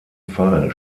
fall